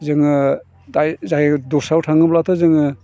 जोङो जाय दस्रायाव थाङोब्लाथ' जोङो